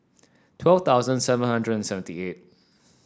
twelve thousand seven hundred and seventy eight